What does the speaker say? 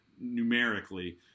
numerically